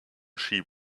sheep